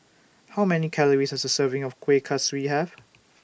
How Many Calories Does A Serving of Kuih Kaswi Have